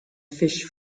fish